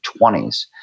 20s